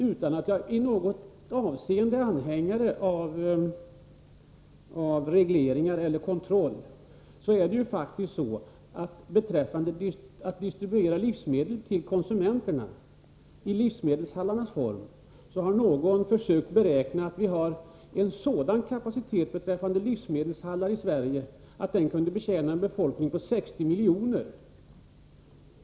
Utan att jag i något avseende är anhängare av regleringar eller kontroll vill jag ta upp ett område där det måhända vore bra. Det är faktiskt så att någon har räknat ut att vi för distribution av livsmedel via livsmedelshallar har en sådan kapacitet i Sverige att vi skulle kunna betjäna en befolkning på 60 miljoner.